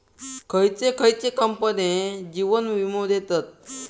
खयचे खयचे कंपने जीवन वीमो देतत